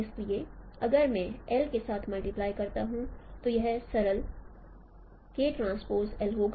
इसलिए अगर मैं के साथ मल्टीप्लाई करता हूं तो यह सरल होगा